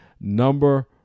Number